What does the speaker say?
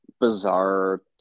bizarre